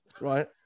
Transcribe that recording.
right